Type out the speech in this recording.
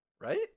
right